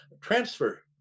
transfer